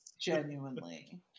genuinely